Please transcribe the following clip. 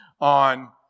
on